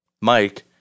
Mike